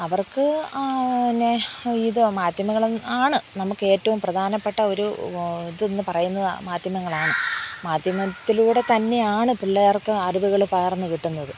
അവർക്ക് പിന്നെ ഇത് മാധ്യമങ്ങൾ ആണ് നമുക്ക് ഏറ്റവും പ്രധാനപ്പെട്ട ഒരു ഇതെന്ന് പറയുന്നത് മാധ്യമങ്ങളാണ് മാധ്യമത്തിലൂടെ തന്നെയാണ് പിള്ളേർക്ക് അറിവുകൾ പകർന്നു കിട്ടുന്നത്